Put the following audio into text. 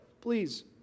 please